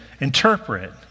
interpret